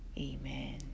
Amen